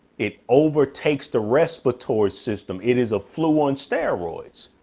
it overtakes the respiratory system. it is a flu on steroids.